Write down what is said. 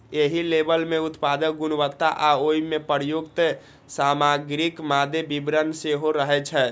एहि लेबल मे उत्पादक गुणवत्ता आ ओइ मे प्रयुक्त सामग्रीक मादे विवरण सेहो रहै छै